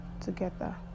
together